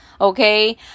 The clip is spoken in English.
Okay